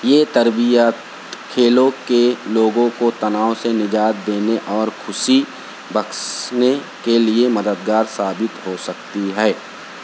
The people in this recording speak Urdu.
یہ تربیت کھیلوں کے لوگوں کو تناؤ سے نجات دینے اور خوسی بخشنے کے لئے مددگار ثابت ہو سکتی ہے